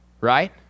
Right